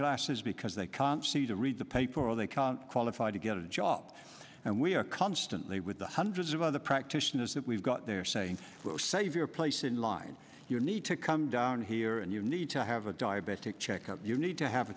eyeglasses because they can't see to read the paper or they can't qualify to get a job and we are constantly with the hundreds of other practitioners that we've got they're saying save your place in line you need to come down here and you need to have a diabetic checkup you need to have a